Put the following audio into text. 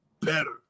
better